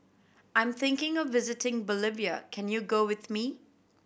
I'm thinking of visiting Bolivia can you go with me